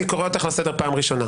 אני קורא אותך לסדר פעם ראשונה.